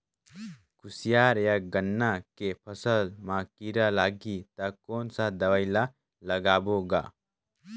कोशियार या गन्ना के फसल मा कीरा लगही ता कौन सा दवाई ला लगाबो गा?